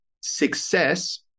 success